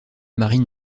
marine